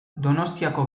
donostiako